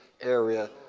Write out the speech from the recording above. area